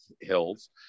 hills